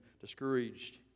discouraged